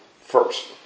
first